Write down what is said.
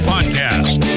podcast